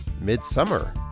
Midsummer